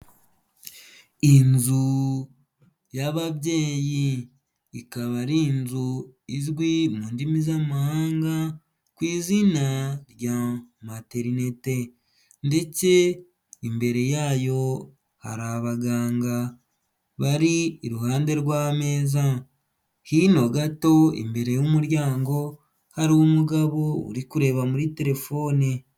Inzu y'ababyeyi ikaba ari inzu izwi mu ndimi z'amahanga ku izina rya maternity ndetse imbere yayo hari abaganga bari iruhande rw'ameza, hino gato imbere y'umuryango hari umugabo uri kureba muri telefone.